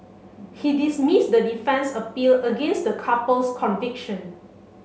he dismissed the defence's appeal against the couple's conviction